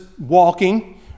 walking